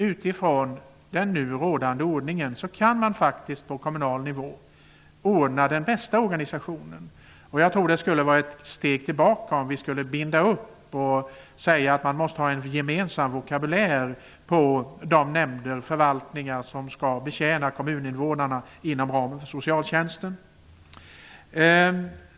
Utifrån den nu rådande ordningen kan man faktiskt på kommunal nivå ordna den bästa organisationen. Jag tror att det skulle vara ett steg tillbaka om vi band upp oss och sade att man måste ha en gemensam vokabulär för de nämnder och förvaltningar som skall betjäna kommuninvånarna inom ramen för socialtjänsten.